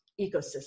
ecosystem